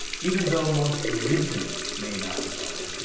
even though most religion may not know.